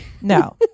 no